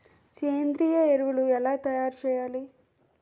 సేంద్రీయ ఎరువులు ఎలా తయారు చేయాలి?